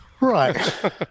Right